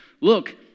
look